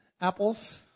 apples